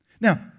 Now